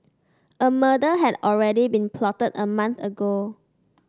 a murder had already been plotted a month ago